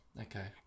Okay